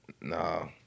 Nah